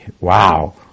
wow